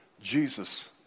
Jesus